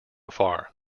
far